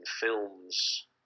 films